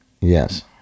Yes